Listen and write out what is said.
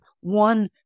one